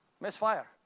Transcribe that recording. misfire